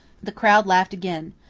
the crowd laughed again.